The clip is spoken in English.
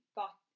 got